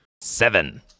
Seven